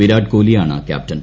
വിരാട്ട് കോഹ്ലിയാണ് ക്യാപ്റ്റൻ